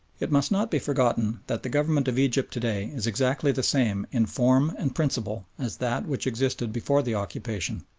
it must not be forgotten that the government of egypt to-day is exactly the same in form and principle as that which existed before the occupation.